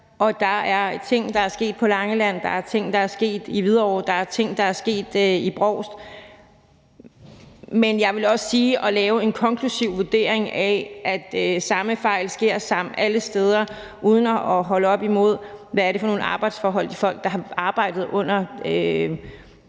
og der er ting, der er sket på Langeland, der er ting, der er sket i Hvidovre, og der er ting, der er sket i Brovst. Men jeg vil også sige, at det at lave en konklusiv vurdering af, at den samme fejl sker alle steder, må holdes op imod, hvad det er for nogle arbejdsforhold, de folk har arbejdet under,